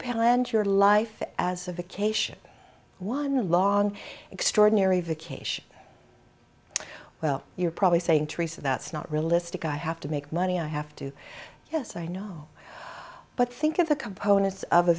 planned your life as a vacation one a long extraordinary vacation well you're probably saying teresa that's not realistic i have to make money i have to yes i know but think of the components of a